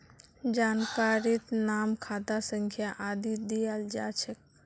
जानकारीत नाम खाता संख्या आदि दियाल जा छेक